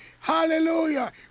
Hallelujah